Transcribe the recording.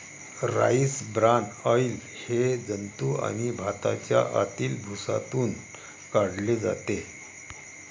rice bran oil हे जंतू आणि भाताच्या आतील भुसातून काढले जाते